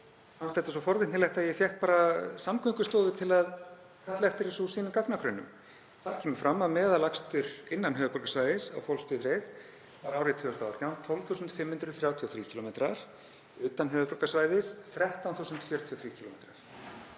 fannst þetta svo forvitnilegt að ég fékk Samgöngustofu til að kalla eftir þessu úr gagnagrunni sínum. Þar kemur fram að meðalakstur innan höfuðborgarsvæðisins á fólksbifreið var árið 2018 12.533 km og utan höfuðborgarsvæðis 13.043 km.